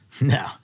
No